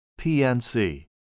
PNC